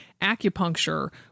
acupuncture